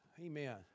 Amen